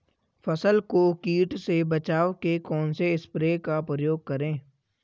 फसल को कीट से बचाव के कौनसे स्प्रे का प्रयोग करें?